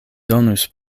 donus